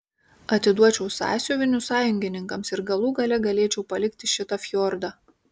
atiduočiau sąsiuvinius sąjungininkams ir galų gale galėčiau palikti šitą fjordą